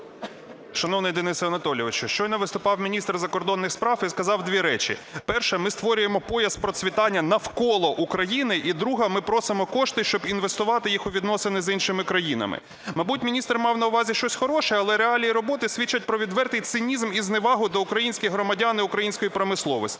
Шановний Денисе Анатолійовичу, щойно виступав міністр закордонних справ і сказав дві речі: перше – ми створюємо пояс процвітання навколо України і друге – ми просимо кошти, щоб інвестувати їх у відносини з іншими країнами. Мабуть, міністр мав на увазі щось хороше, але реалії роботи свідчать про відвертий цинізм і зневагу до українських громадян і української промисловості.